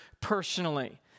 personally